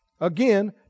Again